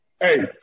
Hey